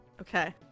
Okay